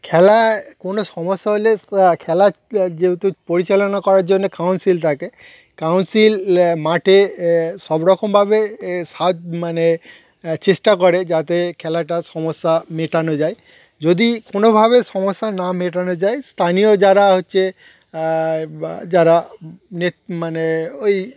খেলায় কোনো সমস্যা হলে সা খেলা যেহেতু পরিচালনা করার জন্যে কাউন্সিল থাকে কাউন্সিল মাঠে এ সব রকমভাবে এ সাহায মানে চেষ্টা করে যাতে খেলাটার সমস্যা মেটানো যায় যদি কোনোভাবে সমস্যা না মেটানো যায় স্থানীয় যারা হচ্ছে বা যারা নেত মানে ওই